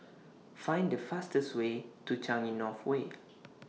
Find The fastest Way to Changi North Way